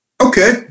Okay